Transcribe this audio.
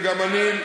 וגם אני,